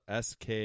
SK